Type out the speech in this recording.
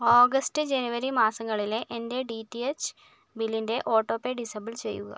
August ജനുവരി മാസങ്ങളിലെ എൻ്റെ ഡിടിഎച്ച് ബില്ലിൻ്റെ ഓട്ടോപേ ഡിസേബിൾ ചെയ്യുക